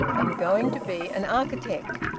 i'm going to be an architect.